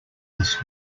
this